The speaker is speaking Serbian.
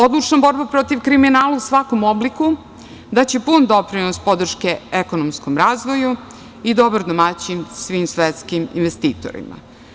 Odlučna borba protiv kriminala u svakom obliku daće pun doprinos podrške ekonomskom razvoju i dobar domaćin svim svetskim investitorima.